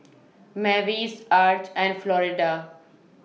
Mavis Arch and Florida